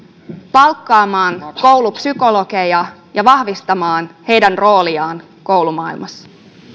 palkkaamaan koulupsykologeja ja vahvistamaan heidän rooliaan koulumaailmassa